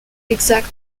exact